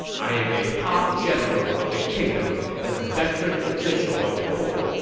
i am a top general of the kingdom and a veteran official of the court.